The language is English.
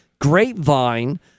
grapevine